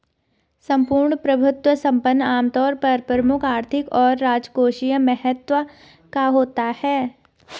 सम्पूर्ण प्रभुत्व संपन्न आमतौर पर प्रमुख आर्थिक और राजकोषीय महत्व का होता है